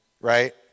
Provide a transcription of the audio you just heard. right